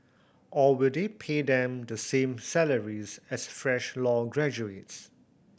or will they pay them the same salaries as fresh law graduates